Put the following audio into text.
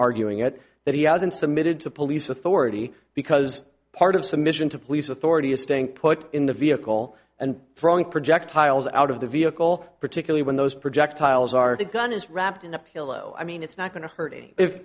arguing it that he hasn't submitted to police authority because part of submission to police authority is staying put in the vehicle and throwing projectiles out of the vehicle particularly when those projectiles are the gun is wrapped in a pillow i mean it's not going to hurt if if